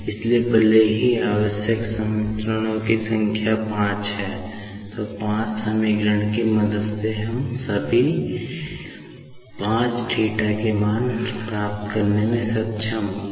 इसलिए भले ही आवश्यक समीकरणों की न्यूनतम संख्या की 5 है 5 समीकरणों की मदद से हम सभी पांच θ मान पता लगाने के लिए सक्षम नहीं होगा